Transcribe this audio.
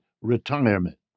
retirement